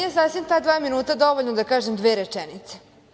Meni je sasvim ta dva minuta dovoljno da kažem dve rečenice.